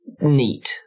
neat